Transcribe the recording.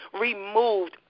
removed